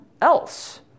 else